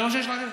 זה מה שיש לכם?